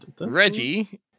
Reggie